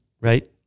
right